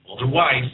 Otherwise